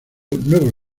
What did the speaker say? nuevos